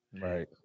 Right